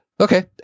Okay